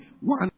One